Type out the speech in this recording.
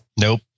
Nope